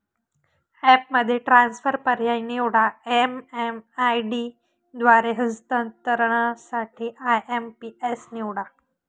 ॲपमध्ये ट्रान्सफर पर्याय निवडा, एम.एम.आय.डी द्वारे हस्तांतरणासाठी आय.एम.पी.एस निवडा